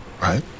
right